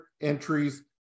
entries